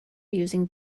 using